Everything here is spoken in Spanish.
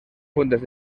fuentes